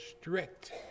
strict